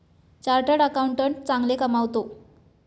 chartered accountant चांगले कमावतो